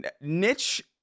niche